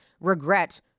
regret